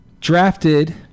Drafted